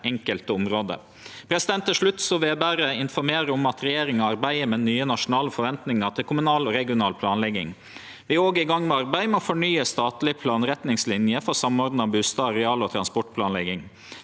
enkelte området. Til slutt vil eg informere om at regjeringa arbeider med nye nasjonale forventningar til kommunal og regional planlegging. Vi er òg i gang med arbeid med å fornye statlege planretningslinjer for samordna bustad-, arealog transportplanlegging.